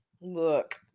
look